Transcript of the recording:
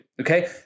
Okay